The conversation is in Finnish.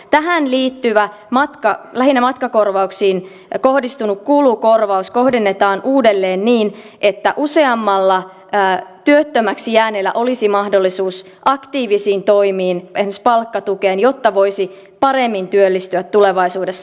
tähän liittyvä lähinnä matkakorvauksiin kohdistunut kulukorvaus kohdennetaan uudelleen niin että useammalla työttömäksi jääneellä olisi mahdollisuus aktiivisiin toimiin esimerkiksi palkkatukeen jotta voisi paremmin työllistyä tulevaisuudessa